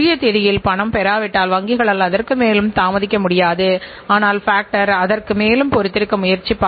அது அடையப்படாவிட்டால் நிறுவனத்தில் ஏதோ தவறு நடக்கிறது என்பதைநீங்கள் அறிந்து கொள்ளலாம்